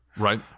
Right